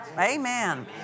Amen